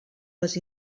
les